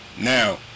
now